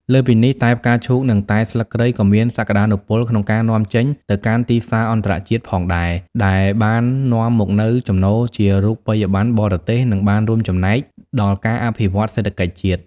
លើសពីនេះ តែផ្កាឈូកនិងតែស្លឹកគ្រៃក៏មានសក្តានុពលក្នុងការនាំចេញ ទៅកាន់ទីផ្សារអន្តរជាតិផងដែរ ដែលបាននាំមកនូវចំណូលជារូបិយប័ណ្ណបរទេស និងបានរួមចំណែកដល់ការអភិវឌ្ឍសេដ្ឋកិច្ចជាតិ។